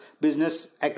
business